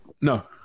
No